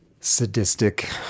sadistic